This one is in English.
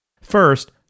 First